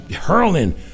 hurling